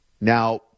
Now